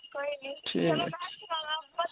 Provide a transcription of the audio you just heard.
ठीक ऐ